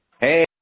Hey